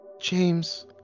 James